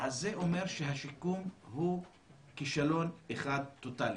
אז זה אומר שהשיקום הוא כישלון אחד טוטאלי.